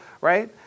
right